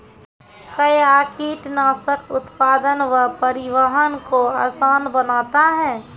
कया कीटनासक उत्पादन व परिवहन को आसान बनता हैं?